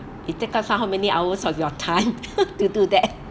it take up how many hours of your time to do that